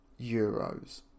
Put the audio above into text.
euros